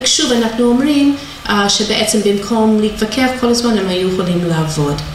שוב אנחנו אומרים שבעצם במקום להתווכח כל הזמן הם היו יכולים לעבוד